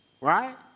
right